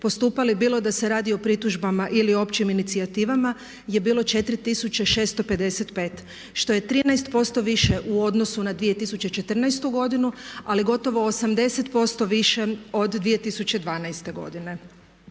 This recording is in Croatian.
postupali bili da se radi o pritužbama ili općim inicijativama je bilo 4655 što je 13% više u odnosu na 2014. godinu ali gotovo 80% više od 2012. godine.